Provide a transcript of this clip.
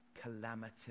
calamity